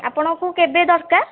ଆପଣଙ୍କୁ କେବେ ଦରକାର